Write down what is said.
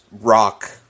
rock